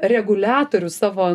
reguliatorius savo